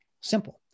Simple